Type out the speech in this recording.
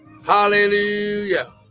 Hallelujah